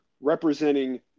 representing